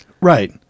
Right